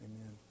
amen